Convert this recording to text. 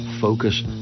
focus